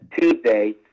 Tuesday